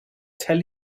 tell